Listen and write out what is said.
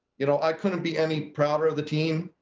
you know i couldn't be any prouder of the team.